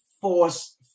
force